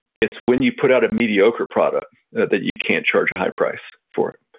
it's when you put out a mediocre product that you can't charge a high price for it.